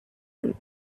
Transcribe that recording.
him